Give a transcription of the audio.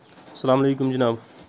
اسلام علیکُم جِناب